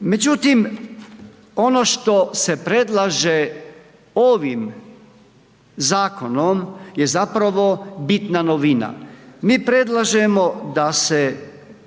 Međutim, ono što se predlaže ovim zakonom je zapravo bitna novina. Mi predlažemo da se